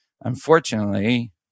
unfortunately